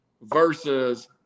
versus